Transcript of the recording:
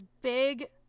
big